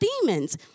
demons